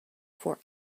for